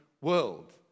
world